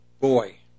Boy